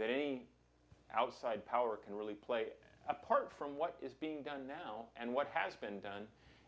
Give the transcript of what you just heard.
that any outside power can really play apart from what is being done now and what has been done